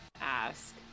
ask